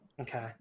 Okay